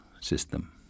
system